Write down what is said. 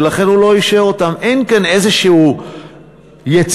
ולכן הוא לא אישר אותם,